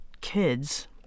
kids